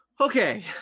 okay